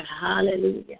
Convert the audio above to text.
Hallelujah